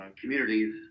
communities